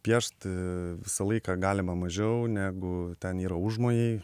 piešt visą laiką galima mažiau negu ten yra užmojai